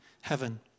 heaven